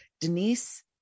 Denise